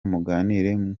muganire